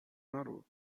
نرو